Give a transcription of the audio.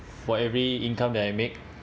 for every income that I make